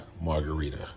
margarita